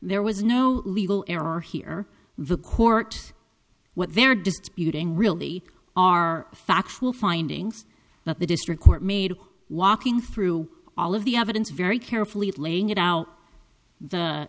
there was no legal error here the court what they're disputing really are factual findings but the district court made walking through all of the evidence very carefully laying it out the